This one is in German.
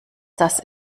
dass